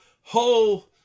whole